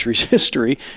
history